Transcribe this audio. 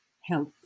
health